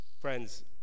Friends